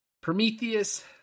prometheus